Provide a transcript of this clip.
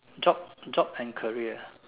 job job and career